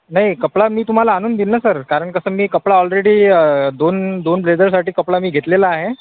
नाही कपडा मी तुम्हाला आणून देईन ना सर कारण कसं मी कपडा ऑलरेडी दोन दोन ब्लेझरसाठी कपडा मी घेतलेला आहे